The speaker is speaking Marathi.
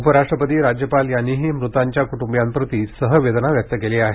उपराष्ट्रपती राज्यपाल यांनी मृतांच्या कुटुंबियांप्रती सहवेदना व्यक्त केली आहे